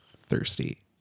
thirsty